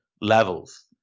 levels